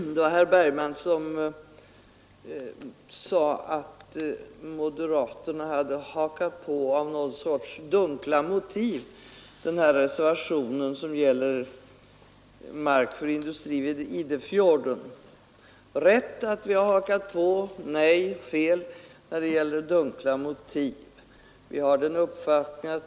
Herr talman! Herr Bergman sade att moderaterna av någon sorts dunkla motiv hade hakat på den reservation som gäller mark för industri vid Idefjorden. Det är rätt att vi hakat på — det är fel att det skulle ha skett av dunkla motiv.